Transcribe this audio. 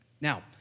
Now